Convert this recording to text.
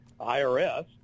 IRS